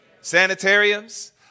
Sanitariums